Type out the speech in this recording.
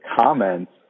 comments